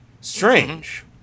Strange